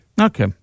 Okay